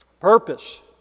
Purpose